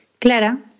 Clara